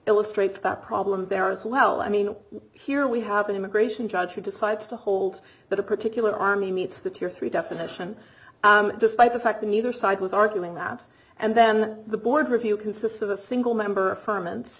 illustrates that problem there as well i mean here we have an immigration judge who decides to hold that a particular army meets the tier three definition despite the fact that neither side was arguing that and then the board review consists of a single member